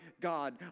God